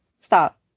Stop